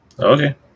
Okay